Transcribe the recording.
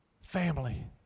Family